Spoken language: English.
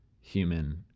human